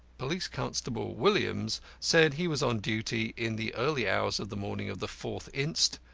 police constable williams said he was on duty in the early hours of the morning of the fourth inst.